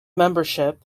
membership